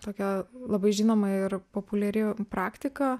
tokia labai žinoma ir populiari praktika